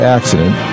Accident